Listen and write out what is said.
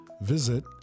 visit